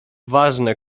ważne